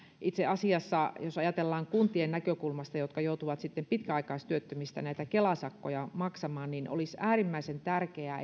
itse asiassa jos ajatellaan kuntien näkökulmasta jotka joutuvat sitten pitkäaikaistyöttömistä kela sakkoja maksamaan olisi äärimmäisen tärkeää